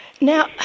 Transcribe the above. Now